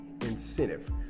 incentive